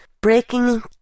Breaking